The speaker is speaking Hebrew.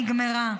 נגמרו.